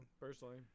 personally